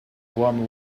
one